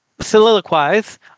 soliloquize